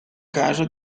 caso